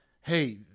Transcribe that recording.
hey